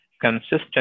consistent